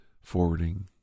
forwarding